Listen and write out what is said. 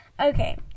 okay